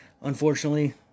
unfortunately